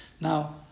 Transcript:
Now